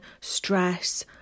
stress